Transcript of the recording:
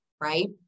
right